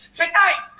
tonight